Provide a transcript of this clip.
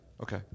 Okay